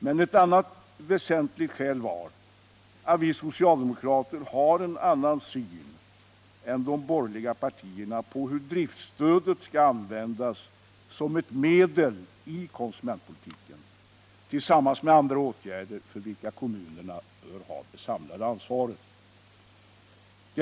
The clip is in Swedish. Men ett annat väsentligt skäl var att vi socialdemokrater har en annan syn än de borgerliga partierna på hur driftstödet skall användas som ett medel i konsumentpolitiken, tillsammans med andra åtgärder, för vilka kommunerna bör ha det samlade ansvaret.